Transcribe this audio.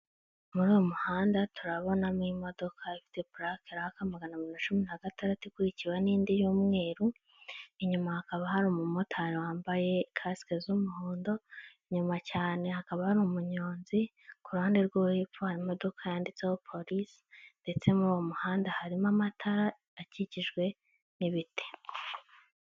Muri uwo muhanda turabona mo imodoka ifite purake raka magana abiri na cumi na gatandatu ikurikiwe n'indi y'mweru, inyuma hakaba hari umu motari wambaye kasike z'umuhondo ,nyuma cyane hakaba ari umunyonzi, ku ruhande rwo hepfo hari imodoka yanditseho polisi ndetse muri uwo muhanda harimo amatara akikijwe n'ibiti.